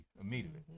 immediately